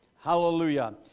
Hallelujah